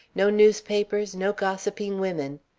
no newspapers, no gossiping women.